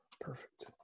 perfect